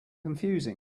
confusing